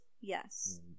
yes